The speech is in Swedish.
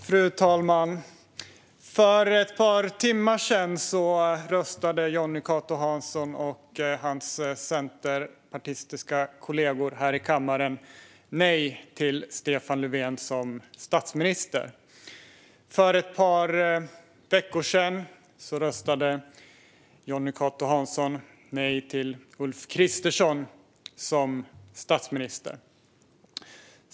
Fru talman! För ett par timmar sedan röstade Jonny Cato Hansson och hans centerpartistiska kollegor i kammaren nej till Stefan Löfven som statsminister. För ett par veckor sedan röstade Jonny Cato Hansson nej till Ulf Kristersson som statsminister.